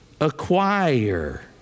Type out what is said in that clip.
acquire